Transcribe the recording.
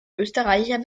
österreicher